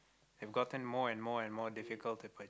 I've gotten more and more and more difficult to purchase